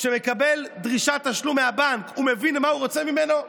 שמקבל דרישת תשלום מהבנק, מבין מה הבנק רוצה ממנו?